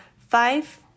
five